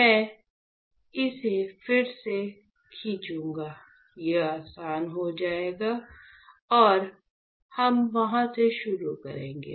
मैं इसे फिर से खींचूंगा यह आसान हो जाएगा और हम वहां से शुरू करेंगे